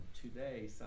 Today